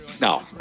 No